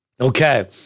Okay